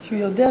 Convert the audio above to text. כי הוא יודע,